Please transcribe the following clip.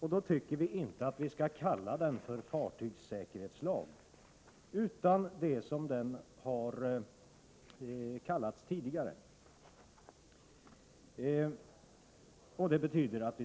Då tycker vi inte att vi skall kalla den för fartygssäkerhetslag, utan vi skall kalla den